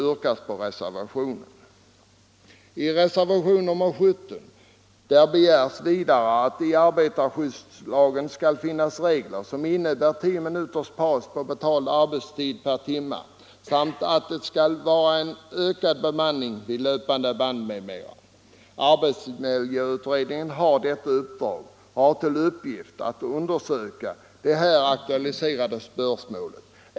I reservationen 17 begärs att det i arbetarskyddslagen skall finnas regler som innebär tio minuters paus på betald arbetstid varje timme och att det skall vara en ökad bemanning vid löpande band m.m. Arbetsmiljöutredningen har till uppgift att undersöka det här aktualiserade spörsmålet.